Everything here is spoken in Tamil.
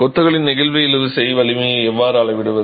கொத்துகளின் நெகிழ்வு இழுவிசை வலிமையை எவ்வாறு அளவிடுவது